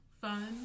fun